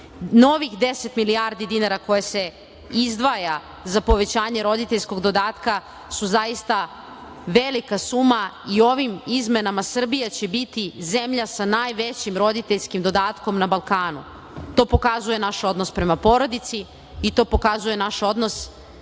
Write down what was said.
Novih deset milijardi dinara koje se izdvaja za povećanje roditeljskog dodatka su zaista velika suma i ovim izmenama Srbija će biti zemlja sa najvećim roditeljskim dodatkom na Balkanu. To pokazuje naš odnos prema porodici i to pokazuje naš odnos